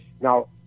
Now